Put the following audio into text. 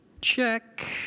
Check